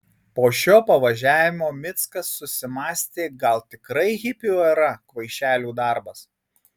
po šio pavažiavimo mickas susimąstė gal tikrai hipių era kvaišelių darbas